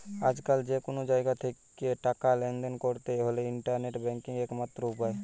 আজকাল যে কুনো জাগা থিকে টাকা লেনদেন কোরতে হলে ইন্টারনেট ব্যাংকিং একমাত্র উপায়